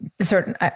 Certain